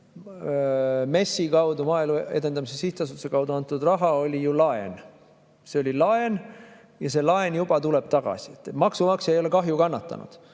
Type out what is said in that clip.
MES‑i kaudu, Maaelu Edendamise Sihtasutuse kaudu antud raha oli ju laen. See oli laen ja see laen tuleb juba tagasi. Maksumaksja ei ole kahju kannatanud.